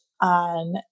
on